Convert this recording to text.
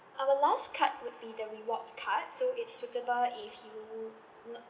our last card would be the rewards card so it's suitable if you not